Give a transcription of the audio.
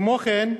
כמו כן,